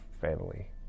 family